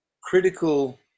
critical